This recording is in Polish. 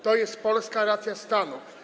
To jest polska racja stanu.